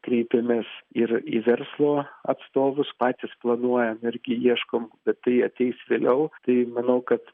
kreipėmės ir į verslo atstovus patys planuojam irgi ieškom bet tai ateis vėliau tai manau kad